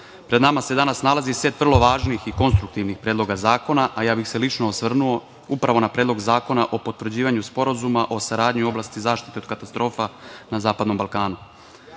pred nama se danas nalazi set vrlo važnih i konstruktivnih predloga zakona, a ja bih se lično osvrnuo upravo na Predlog zakona o potvrđivanju sporazuma o saradnji u oblasti zaštite od katastrofa na Zapadnom Balkanu. Istorija